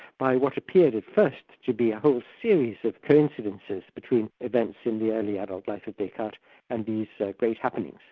by what appeared at first to be a whole series of coincidences between events in the early adult life of descartes and these great happenings.